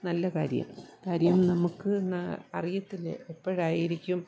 നല്ല കാര്യം കാര്യം നമുക്ക് ന അറിയത്തില്ല എപ്പോഴായിരിക്കും